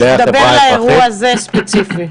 דבר לאירוע הזה ספציפית.